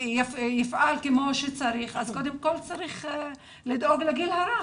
יפעל כמו שצריך, קודם כל צריך לדאוג לגיל הרך.